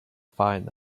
fine